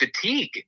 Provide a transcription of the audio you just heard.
fatigue